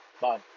Bye